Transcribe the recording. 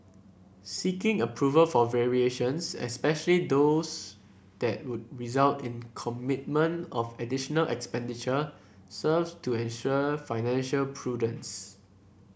seeking approval for variations especially those that would result in commitment of additional expenditure serve to ensure financial prudence